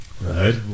Right